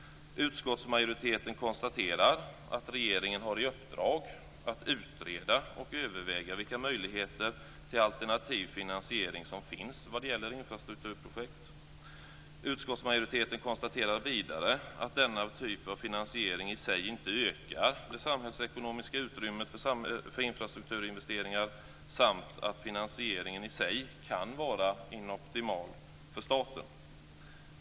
Utskottsmajoriteten konstaterar att regeringen har i uppdrag att utreda och överväga vilka möjligheter till alternativ finansiering som finns vad gäller infrastrukturprojekt. Utskottsmajoriteten konstaterar vidare att denna typ av finansiering inte i sig ökar det samhällsekonomiska utrymmet för infrastrukturinvesteringar samt att finansieringen kan vara inoptimal för staten.